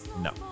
No